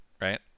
right